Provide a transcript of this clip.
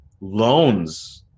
loans